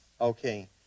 Okay